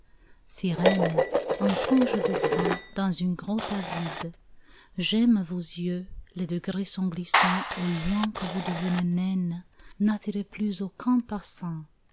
sirènes enfin je descends dans une grotte avide j'aime vos yeux les degrés sont glissants au loin que vous devenez naines n'attirez plus aucun passant